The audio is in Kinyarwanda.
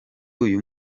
uyu